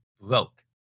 broke